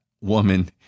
woman